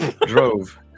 Drove